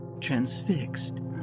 transfixed